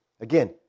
Again